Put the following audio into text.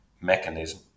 mechanism